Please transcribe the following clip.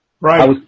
Right